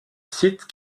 sites